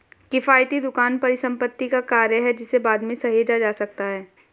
किफ़ायती दुकान परिसंपत्ति का कार्य है जिसे बाद में सहेजा जा सकता है